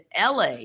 LA